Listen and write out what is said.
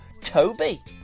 Toby